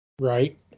Right